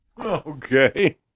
Okay